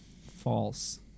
false